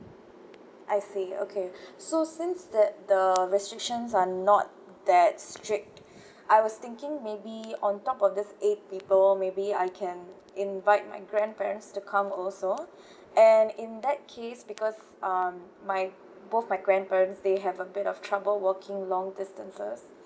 I see okay so since that the restrictions are not that strict I was thinking maybe on top of this eight people maybe I can invite my grandparents to come also and in that case because um my both my grandparents they have a bit of trouble working long distances